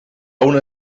una